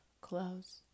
clothes